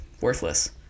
worthless